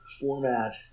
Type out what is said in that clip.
format